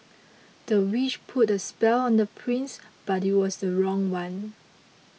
the witch put a spell on the prince but it was the wrong one